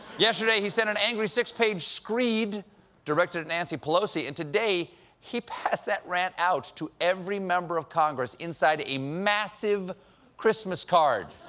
yesterday, he sent an angry six-page screed directed at nancy pelosi. and today he passed that rant out to every member of congress inside a massive christmas card.